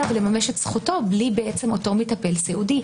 ולממש את זכותו בלי אותו מטפל סיעודי,